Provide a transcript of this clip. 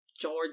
George